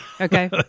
Okay